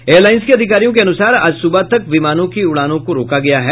airlines के अधिकारियों के अनुसार आज सुबह तक विमानों के उड़ानों को रोका गया है